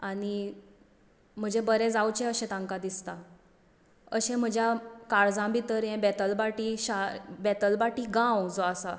आनी म्हजें बरें जावचें अशें तांकां दिसता अशें म्हज्या काळजां भितर हें बेतलबाटी शार बेतलबाटी गांव जो आसा